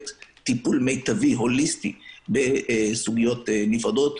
אז אני אומר לכם שבמדינות הללו אין מעקב אחרי נדבקים.